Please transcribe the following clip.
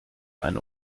eine